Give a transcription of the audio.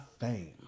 fame